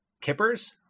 kippers